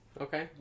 Okay